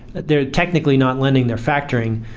they're technically not lending their factoring,